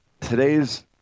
today's